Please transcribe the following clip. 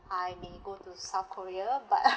I may go to south korea but